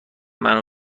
منو